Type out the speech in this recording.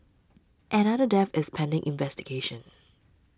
another death is pending investigation